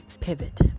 pivot